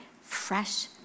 fresh